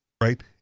right